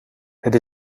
het